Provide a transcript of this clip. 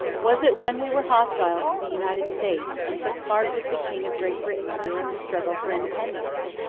was it when we were hostile to the united states, and took part with the king of great britain, during the struggle for independence?